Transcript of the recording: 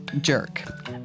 jerk